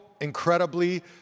incredibly